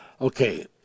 Okay